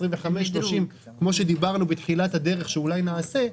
של 25 ושל 30 שנים כמו שדיברנו בתחילת הדרך שאולי נעשה.